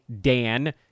Dan